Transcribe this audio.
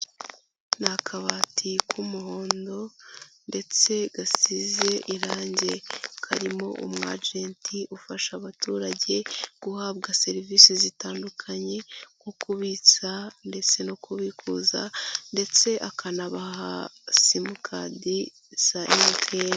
Ni akabati k'umuhondo ndetse gasize irangi, karimo umwagenti ufasha abaturage guhabwa serivisi zitandukanye nko kubitsa ndetse no kubikuza ndetse akanabaha simukadi za MTN.